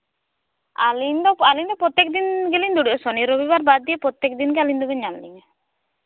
ᱟᱞᱤᱧ ᱫᱚ ᱯᱨᱚᱛᱮᱠ ᱫᱤᱱ ᱜᱮᱞᱤᱧ ᱫᱩᱲᱩᱵᱼᱟ ᱥᱚᱱᱤ ᱨᱚᱵᱤᱵᱟᱨ ᱵᱟᱫ ᱫᱤᱭᱮ ᱯᱨᱚᱛᱮᱠ ᱫᱤᱱᱜᱮ ᱟᱹᱞᱤᱧ ᱫᱚᱵᱮᱱ ᱧᱟᱢ ᱞᱤᱧᱟ